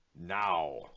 now